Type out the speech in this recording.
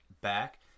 back